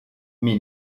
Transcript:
mais